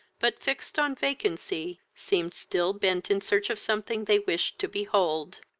but, fixed on vacancy, seemed still bent in search of something they wished to behold.